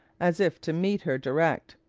as if to meet her direct.